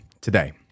today